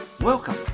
Welcome